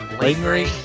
lingering